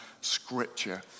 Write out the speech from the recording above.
scripture